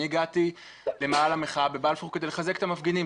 אני הגעתי למאהל המחאה בבלפור כדי לחזק את המפגינים,